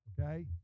Okay